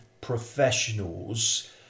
professionals